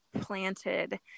planted